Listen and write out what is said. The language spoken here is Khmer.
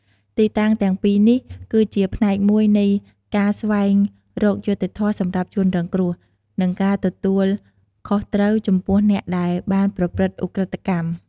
ទីតាំងទាំងពីរនេះ ក៏ជាផ្នែកមួយនៃការស្វែងរកយុត្តិធម៌សម្រាប់ជនរងគ្រោះ និងការទទួលខុសត្រូវចំពោះអ្នកដែលបានប្រព្រឹត្តឧក្រិដ្ឋកម្ម។